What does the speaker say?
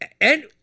and-